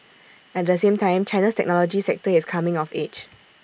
at the same time China's technology sector is coming of age